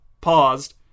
paused